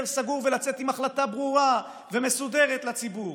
סגור ולצאת עם החלטה ברורה ומסודרת לציבור.